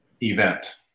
event